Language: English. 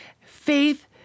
faith